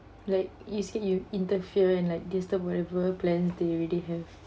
like you said you interfere and like disturb whatever plans they already have